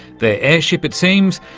their airship, it seems,